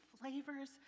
flavors